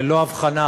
ללא הבחנה,